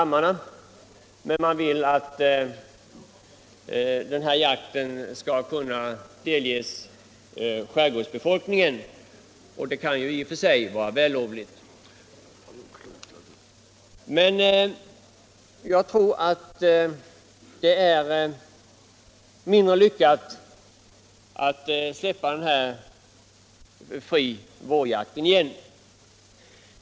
Man vill att jakten i fråga skall förbehållas skärgårdsbefolkningen, och det kan i och för sig vara vällovligt. Men jag tror ändå att det är mindre lyckat att släppa denna vårjakt fri igen.